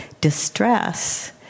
distress